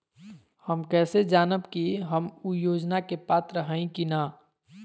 हम कैसे जानब की हम ऊ योजना के पात्र हई की न?